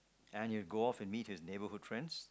and he'll go off and meet his neighbourhood friends